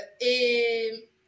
Et